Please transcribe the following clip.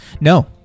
No